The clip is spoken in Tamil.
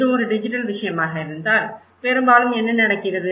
இது ஒரு டிஜிட்டல் விஷயமாக இருந்தால் பெரும்பாலும் என்ன நடக்கிறது